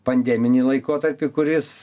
pandeminį laikotarpį kuris